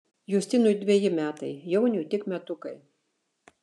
justinui dveji metai jauniui tik metukai